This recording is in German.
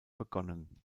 begonnen